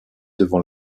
devant